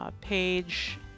page